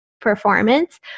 performance